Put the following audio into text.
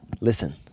listen